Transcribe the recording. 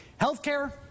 Healthcare